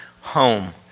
home